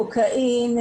קוקאין,